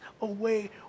away